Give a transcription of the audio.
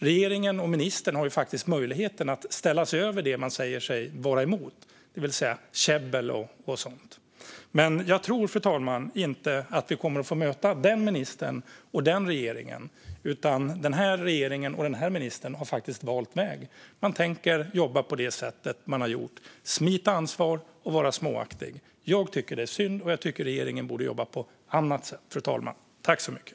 Regeringen och ministern har ju möjligheten att ställa sig över det man säger sig vara emot, det vill säga käbbel och sådant. Men jag tror inte, fru talman, att vi kommer att få möta den ministern och den regeringen. Den här regeringen och den här ministern har valt väg. Man tänker jobba på det sätt man har gjort, det vill säga smita från ansvar och vara småaktig. Jag tycker att det är synd, fru talman, och jag tycker att regeringen borde jobba på ett annat sätt.